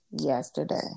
yesterday